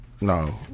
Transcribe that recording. No